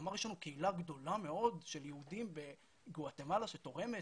הוא אמר: יש לנו קהילה גדולה מאוד של יהודים בגואטמלה שתורמת,